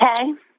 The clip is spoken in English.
Okay